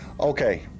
Okay